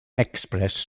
express